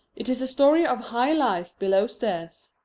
it is a story of high life below stairs.